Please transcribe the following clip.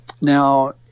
now